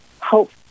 hope